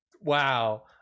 Wow